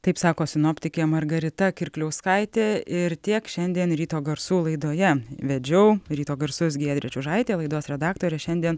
taip sako sinoptikė margarita kirkliauskaitė ir tiek šiandien ryto garsų laidoje vedžiau ryto garsus giedrė čiužaitė laidos redaktorė šiandien